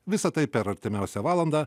visa tai per artimiausią valandą